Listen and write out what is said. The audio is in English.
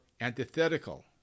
antithetical